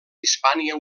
hispània